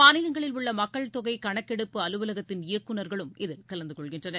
மாநிலங்களில் உள்ள மக்கள் தொகை கணக்கெடுப்பு அலுவலகத்தின் இயக்குநர்களும் இதில் கலந்துகொள்கின்றனர்